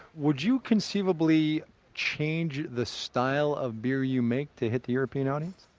would you conceivably change the style of beer you make to hit the european audience?